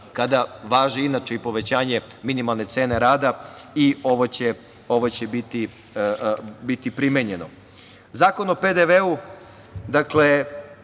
kada važi inače i povećanje minimalne cene rada, ovo će biti primenjeno. Zakon od PDV, dakle